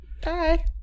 Bye